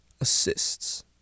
assists